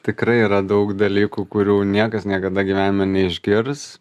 tikrai yra daug dalykų kurių niekas niekada gyvenime neišgirs